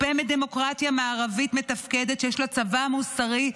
מצופה מדמוקרטיה מערבית מתפקדת שיש לה צבא מוסרי,